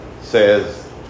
says